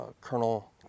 colonel